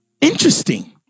interesting